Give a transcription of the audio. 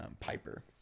Piper